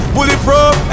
Bulletproof